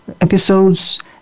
episodes